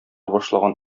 башлаган